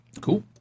Cool